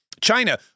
China